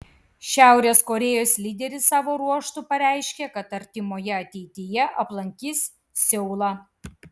šiaurės korėjos lyderis savo ruožtu pareiškė kad artimoje ateityje aplankys seulą